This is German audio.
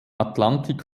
atlantik